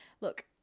look